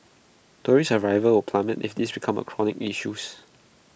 tourist arrivals plummet if this becomes A chronic issues